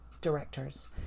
directors